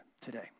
today